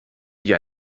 wie